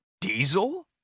diesel